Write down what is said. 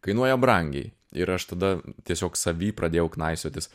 kainuoja brangiai ir aš tada tiesiog savy pradėjau knaisiotis